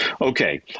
okay